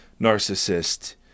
narcissist